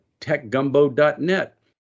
techgumbo.net